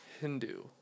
Hindu